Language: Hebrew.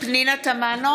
פנינה תמנו,